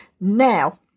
now